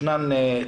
יש גם את תקנות